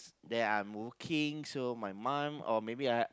then I'm working so my mum or maybe I